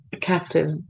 captive